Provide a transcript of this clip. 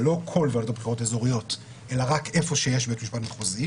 זה לא כל ועדות הבחירות האזוריות אלא רק איפה שיש בית משפט מחוזי